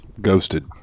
ghosted